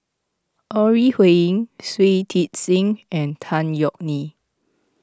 Ore Huiying Shui Tit Sing and Tan Yeok Nee